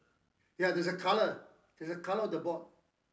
ya there's a colour there's a colour of the board